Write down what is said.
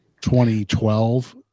2012